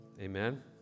Amen